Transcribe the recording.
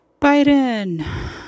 Biden